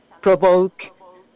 provoke